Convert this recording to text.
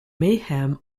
mayhem